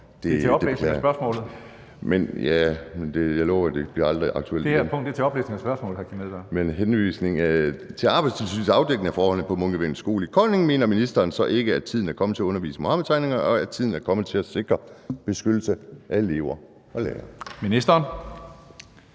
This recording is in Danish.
jeg det fulde ansvar for. Og jeg lover, at det aldrig bliver aktuelt igen. (Tredje næstformand (Karsten Hønge): Det her gælder oplæsning af spørgsmålet, hr. Kim Edberg Andersen). Ja. Med henvisning til Arbejdstilsynets afdækning af forholdene på Munkevængets Skole i Kolding mener ministeren så ikke, at tiden er kommet til at undervise i Muhammedtegningerne, og at tiden er kommet til at sikre beskyttelse af elever og lærere?